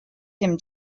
him